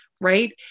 Right